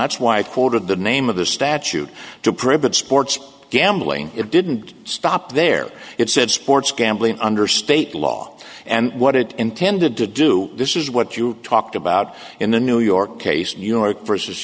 that's why i quoted the name of the statute to prevent sports gambling it didn't stop there it said sports gambling under state law and what it intended to do this is what you talked about in the new york case new york versus